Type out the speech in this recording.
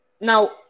Now